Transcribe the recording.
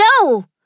No